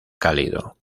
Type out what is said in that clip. cálido